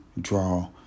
draw